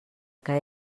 que